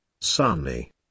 sunny